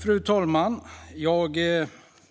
Fru talman! Jag